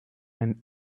and